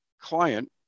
client